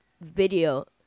video